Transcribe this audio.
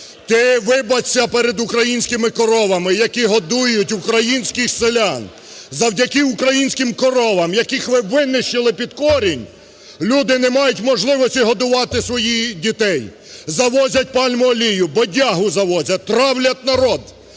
вибачся перед українськими коровами, які годують українських селян. Завдяки українським коровам, яких ви винищили під корінь, люди не мають можливості годувати своїх дітей. Завозять пальмову олію, бодягу завозять, травлять народ.